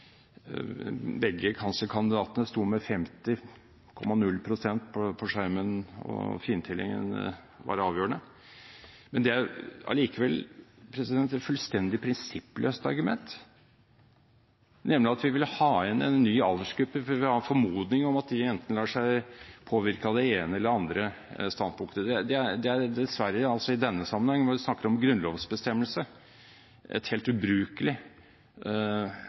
begge kanslerkandidatene sto med 50,0 pst. på skjermen, og fintellingen var avgjørende ‒ er det allikevel et fullstendig prinsippløst argument at man vil ha inn en ny aldersgruppe fordi man har formodning om at de lar seg påvirke enten av det ene eller andre standpunktet. Det er dessverre i denne sammenheng når vi snakker om grunnlovsbestemmelse, et helt ubrukelig